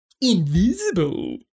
invisible